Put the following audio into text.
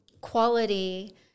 quality